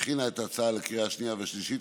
שהכינה את ההצעה לקריאה השנייה והשלישית,